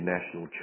National